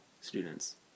students